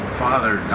father